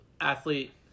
athlete